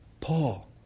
Paul